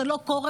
זה לא קורה.